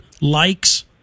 likes